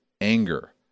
anger